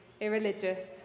irreligious